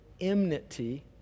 enmity